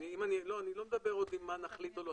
אני לא מדבר עכשיו מה נחליט או לא,